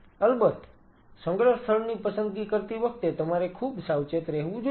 અલબત સંગ્રહ સ્થળની પસંદગી કરતી વખતે તમારે ખૂબ સાવચેત રહેવું જોઈએ